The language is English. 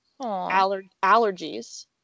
allergies